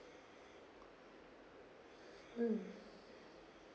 mm